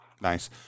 Nice